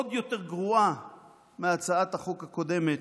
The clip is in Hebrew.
עוד יותר גרועה מהצעת החוק הקודמת,